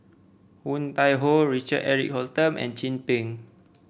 Woon Tai Ho Richard Eric Holttum and Chin Peng